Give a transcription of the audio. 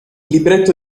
libretto